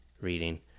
reading